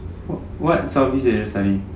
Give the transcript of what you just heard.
what south east asia study